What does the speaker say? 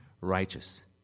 righteous